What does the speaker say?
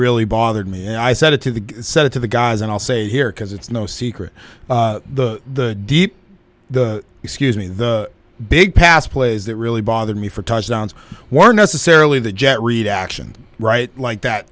really bothered me and i said to set it to the guys and i'll say here because it's no secret the deep the excuse me the big pass plays that really bothered me for touchdowns were necessarily the jet read action right like that